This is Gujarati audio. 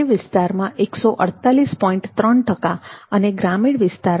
03 અને ગ્રામીણ વિસ્તારમાં 50